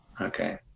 Okay